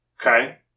Okay